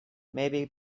maybe